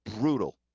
brutal